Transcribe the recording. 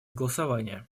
голосования